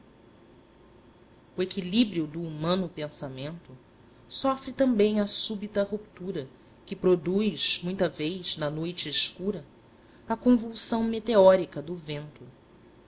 equilíbrio do humano pensamento sofre também a súbita ruptura que produz muita vez na noite escura a convulsão meteórica do vento